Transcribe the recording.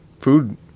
food